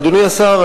אדוני השר,